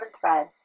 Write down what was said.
Thread